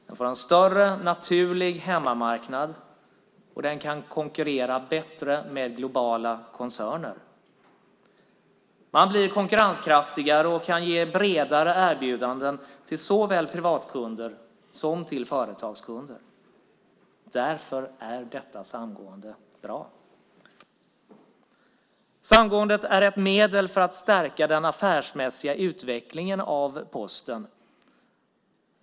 Den får en större naturlig hemmamarknad och kan konkurrera bättre med globala koncerner. Den blir konkurrenskraftigare och kan ge bredare erbjudanden till såväl privatkunder som företagskunder. Därför är detta samgående bra. Samgåendet är ett medel för att stärka den affärsmässiga utvecklingen av Posten.